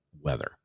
weather